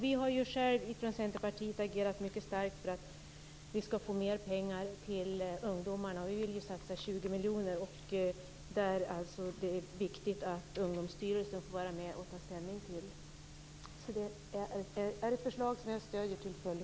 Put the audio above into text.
Vi har från Centerpartiet agerat för att vi skall få mer pengar till ungdomarna. Vi vill satsa 20 miljoner, och det är viktigt att Ungdomsstyrelsen får vara med och ta ställning till det. Det är ett förslag som jag stöder till fullo.